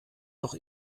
doch